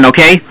Okay